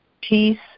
Peace